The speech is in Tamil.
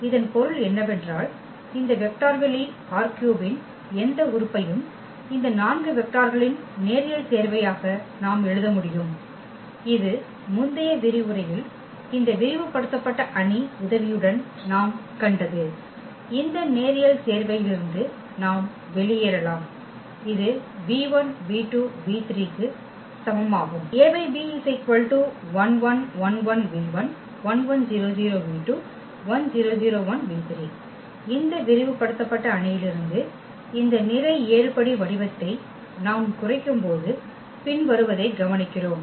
இதன் பொருள் என்னவென்றால் இந்த வெக்டர் வெளி ℝ3 இன் எந்த உறுப்பையும் இந்த 4 வெக்டர்களின் நேரியல் சேர்வையாக நாம் எழுத முடியும் இது முந்தைய விரிவுரையில் இந்த விரிவுபடுத்தப்பட்ட அணி உதவியுடன் நாம் கண்டது இந்த நேரியல் சேர்வையிலிருந்து நாம் வெளியேறலாம் இது க்கு சமமாகும் இந்த விரிவுபடுத்தப்பட்ட அணியிலிருந்து இந்த நிரை ஏறுபடி வடிவத்தை நாம் குறைக்கும்போது பின்வருவதை கவனிக்கிறோம்